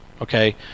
Okay